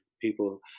People